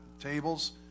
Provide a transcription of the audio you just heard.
tables